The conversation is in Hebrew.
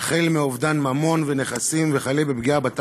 החל מאובדן ממון ונכסים וכלה בפגיעה בתא